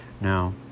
Now